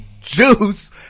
Juice